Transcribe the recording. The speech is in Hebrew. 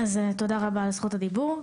תודה רבה על זכות הדיבור.